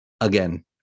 again